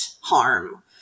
harm